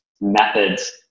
methods